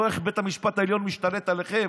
או איך בית המשפט העליון משתלט עליכם,